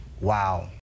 wow